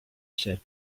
said